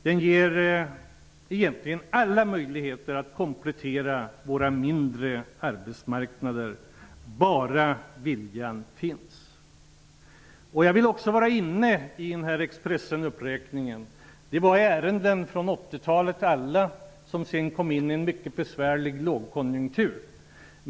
Den ger egentligen alla möjligheter att komplettera våra mindre arbetsmarknader bara viljan finns. Jag vill också kommentera Expressens uppräkning av konkursföretag. Alla var ju ärenden hos NUTEK på 80-talet, och sedan kom en mycket besvärlig lågkonjunktur.